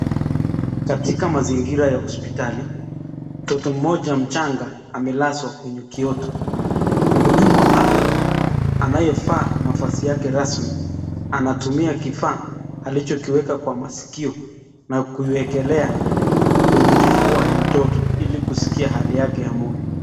Katika mazingira ya hospitali mtoto mmoja mchanga amelazwa kwenye kioto .Mhudumu wa afya anayevaa mavazi yake rasmi anatumia kifaa alichokiweka kwa maskio na kuiwekelea kwenye kifua ya mtoto ili kuskia hali yake ya moyo.